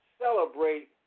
celebrate